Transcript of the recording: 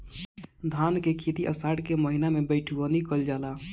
धान के खेती आषाढ़ के महीना में बइठुअनी कइल जाला?